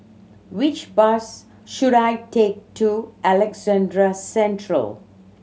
which bus should I take to Alexandra Central